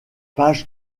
page